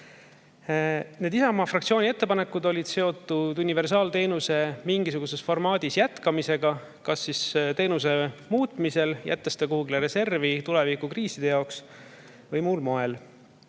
Need Isamaa fraktsiooni ettepanekud olid seotud universaalteenuse mingisuguses formaadis jätkamisega kas teenuse muutmise abil, jättes selle kuhugi reservi tulevikukriiside jaoks, või muul moel.